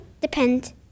depend